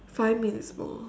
five minutes more